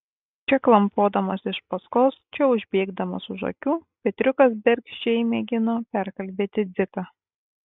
čia klampodamas iš paskos čia užbėgdamas už akių petriukas bergždžiai mėgino perkalbėti dziką